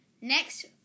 next